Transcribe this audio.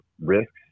risks